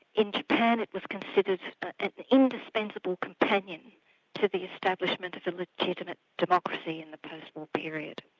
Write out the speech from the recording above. in japan it was considered an indispensable companion to the establishment of a legitimate democracy in the post-war period.